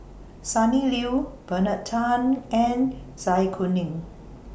Sonny Liew Bernard Tan and Zai Kuning